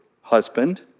husband